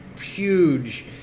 huge